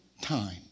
time